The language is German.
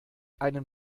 einen